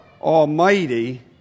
Almighty